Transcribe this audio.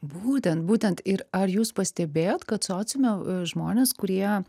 būtent būtent ir ar jūs pastebėjot kad sociume žmonės kurie